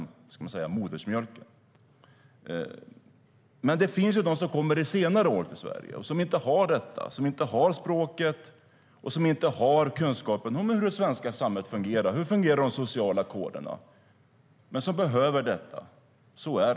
Men det finns de som kommer till Sverige vid äldre år och som inte har detta, som inte har språket och som inte har kunskapen om hur det svenska samhället och de sociala koderna fungerar.